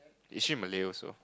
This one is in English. is she Malay also